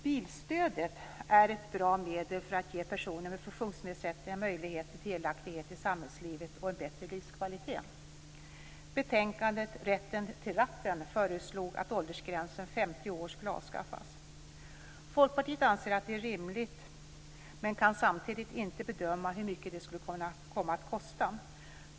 Bilstödet är ett bra hjälpmedel för att ge personer med funktionsnedsättningar möjlighet till delaktighet i samhällslivet och en bättre livskvalitet. I betänkandet Rätten till ratten föreslogs att åldersgränsen 50 år skulle avskaffas. Folkpartiet anser att det är rimligt, men kan samtidigt inte bedöma hur mycket det kommer att kosta.